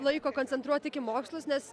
laiko koncentruot tik į mokslus nes